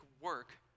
work